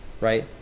right